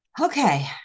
Okay